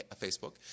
Facebook